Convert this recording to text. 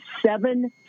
seven